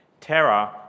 terror